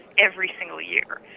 every single year.